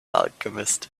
alchemist